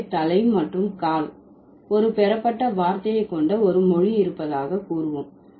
எனவே தலை மற்றும் கால் ஒரு பெறப்பட்ட வார்த்தையை கொண்ட ஒரு மொழி இருப்பதாக கூறுவோம்